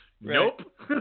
Nope